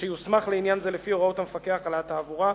ושיוסמך לעניין זה לפי הוראות המפקח על התעבורה,